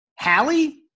Hallie